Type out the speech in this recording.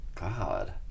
God